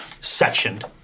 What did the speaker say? Sectioned